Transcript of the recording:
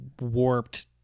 Warped